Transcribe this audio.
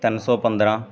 ਤਿੰਨ ਸੌ ਪੰਦਰਾਂ